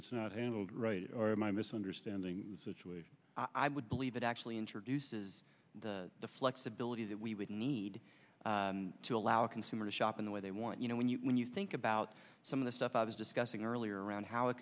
it's not handled right or am i misunderstanding situation i would believe it actually introduces the flexibility that we would need to allow a consumer to shop in the way they want you know when you when you think about some of the stuff i was discussing earlier around how a